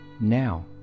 now